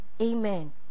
Amen